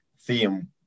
theme